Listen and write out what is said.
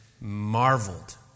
marveled